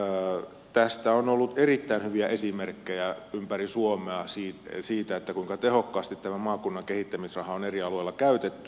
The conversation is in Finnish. ympäri suomea on ollut erittäin hyviä esimerkkejä ympäri suomea siitä ei siitä että kuinka tehokkaasti maakunnan kehittämisrahaa on eri alueilla käytetty